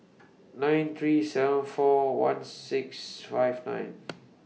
nine three seven four one six five nine